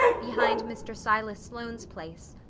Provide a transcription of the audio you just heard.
behind mr. silas sloane's place,